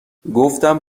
گفتم